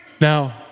Now